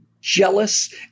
jealous